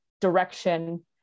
direction